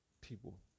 people